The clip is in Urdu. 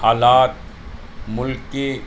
حالات ملک کی